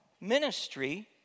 ministry